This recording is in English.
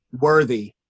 worthy